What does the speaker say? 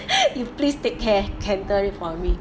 you please take care handle it for me